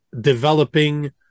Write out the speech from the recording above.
developing